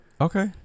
Okay